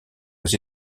aux